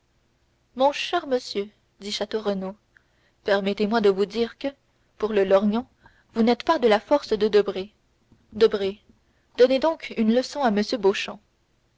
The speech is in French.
mon cher monsieur dit château renaud permettez-moi de vous dire que pour le lorgnon vous n'êtes pas de la force de debray debray donnez donc une leçon à